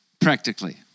practically